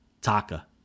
Taka